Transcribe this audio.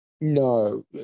No